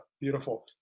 beautiful